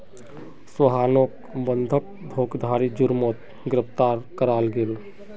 सोहानोक बंधक धोकधारी जुर्मोत गिरफ्तार कराल गेल